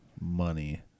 money